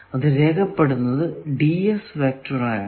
അത് രേഖപ്പെടുത്തുന്നത് വെക്റ്റർ ആയാണ്